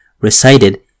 recited